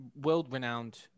world-renowned